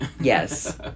yes